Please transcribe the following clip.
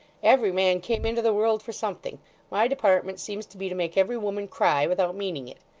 every man came into the world for something my department seems to be to make every woman cry without meaning it.